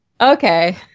Okay